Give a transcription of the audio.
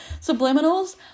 subliminals